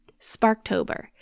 Sparktober